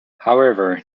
however